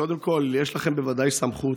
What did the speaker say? קודם כול, יש לכם בוודאי סמכות,